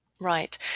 Right